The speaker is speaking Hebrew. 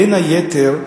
בין היתר,